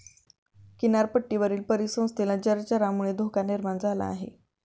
किनारपट्टीवरील परिसंस्थेला जलचरांमुळे धोका निर्माण झाला आहे